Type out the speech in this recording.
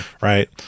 right